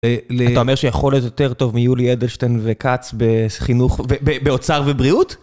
אתה אומר שיכול להיות יותר טוב מיולי אדלשטיין וכץ, בחינוך, באוצר ובריאות?